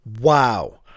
Wow